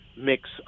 mix